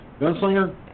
Gunslinger